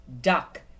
duck